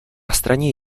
straně